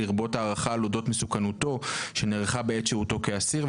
לרבות ההערכה על אודות מסוכנותו שנערכה בעת שהותו כאסיר,